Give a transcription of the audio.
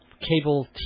cable